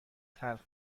تلخ